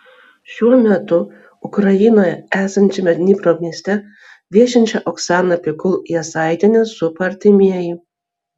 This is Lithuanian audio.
šiuo metu ukrainoje esančiame dnipro mieste viešinčią oksaną pikul jasaitienę supa artimieji